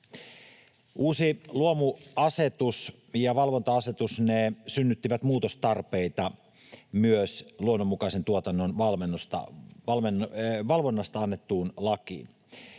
Uusi luomuasetus ja valvonta-asetus synnyttivät muutostarpeita myös luonnonmukaisen tuotannon valvonnasta annettuun lakiin.